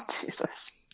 Jesus